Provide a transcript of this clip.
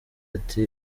ati